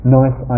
nice